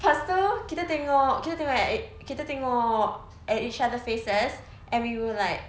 pastu kita tengok kita tengok kita tengok at each other faces and we were like